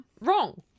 wrong